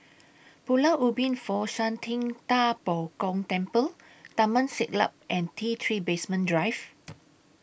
Pulau Ubin Fo Shan Ting DA Bo Gong Temple Taman Siglap and T three Basement Drive